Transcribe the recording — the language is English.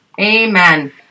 Amen